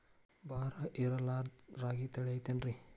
ಬರ ಇರಲಾರದ್ ರಾಗಿ ತಳಿ ಐತೇನ್ರಿ?